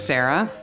Sarah